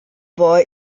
boy